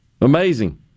Amazing